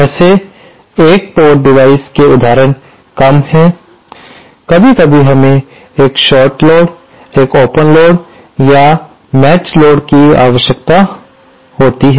ऐसे एक port device के उदाहरण कम है कभी कभी हमें एक शार्ट लोड यह ओपन लोड या मेचड़ लोड लोड की आवश्यकता होती है